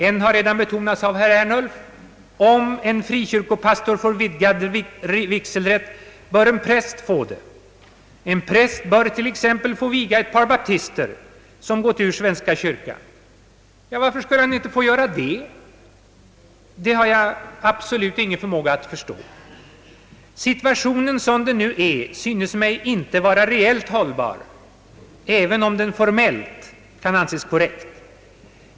En har redan betonats av herr Ernulf: Om en frikyrkopastor får vidgad vigselrätt bör en präst få det. En präst bör t.ex. få viga ett par bap tister som gått ur svenska kyrkan. Ja, varför skulle han inte få göra det? Det kan jag absolut inte förstå. Den nuvarande situationen synes mig inte vara reellt hållbar även om den formellt kan anses korrekt.